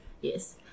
yes